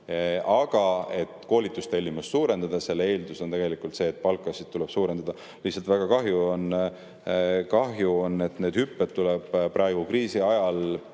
Aga et koolitustellimust suurendada, selle eeldus on see, et palkasid tuleb suurendada. Lihtsalt väga kahju on, et need hüpped tuleb praegu kriisi ajal